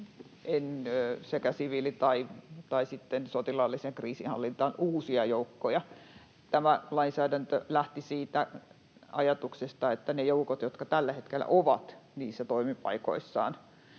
joko siviili- tai sitten sotilaalliseen kriisinhallintaan uusia joukkoja. Tämä lainsäädäntö lähti siitä ajatuksesta, että ne joukot, jotka tällä hetkellä ovat niissä toimipaikoissaan...